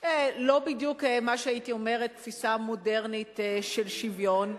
לא בדיוק מה שהייתי אומרת תפיסה מודרנית של שוויון.